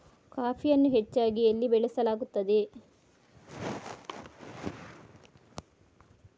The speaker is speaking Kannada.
ಕಾಫಿಯನ್ನು ಹೆಚ್ಚಾಗಿ ಎಲ್ಲಿ ಬೆಳಸಲಾಗುತ್ತದೆ?